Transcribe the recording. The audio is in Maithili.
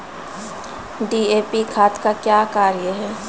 डी.ए.पी खाद का क्या कार्य हैं?